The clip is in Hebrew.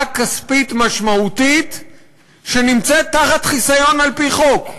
כספית משמעותית שנמצאת תחת חיסיון על-פי חוק.